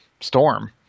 storm